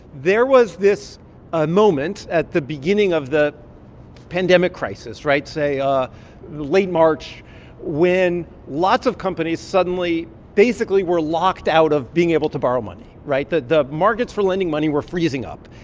there was this ah moment at the beginning of the pandemic crisis right? say, ah late march when lots of companies suddenly basically were locked out of being able to borrow money, right? the the markets for lending money were freezing up.